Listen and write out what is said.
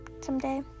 someday